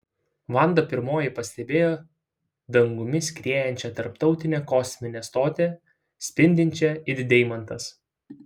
vanda pirmoji pastebėjo dangumi skriejančią tarptautinę kosminę stotį spindinčią it deimantas